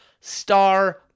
star